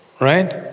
right